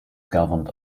governed